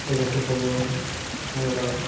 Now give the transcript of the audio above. ଏଯାକ ସବୁ ଆମର